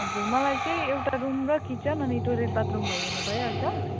हजुर मलाई चाहिँ एउटा रुम र किचन अनि टोइलेट बाथरुम भयो भने भइहाल्छ